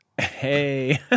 Hey